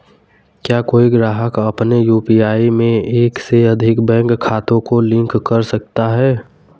क्या कोई ग्राहक अपने यू.पी.आई में एक से अधिक बैंक खातों को लिंक कर सकता है?